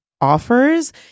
offers